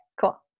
cool